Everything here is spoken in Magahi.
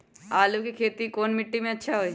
आलु के खेती कौन मिट्टी में अच्छा होइ?